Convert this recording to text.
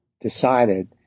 decided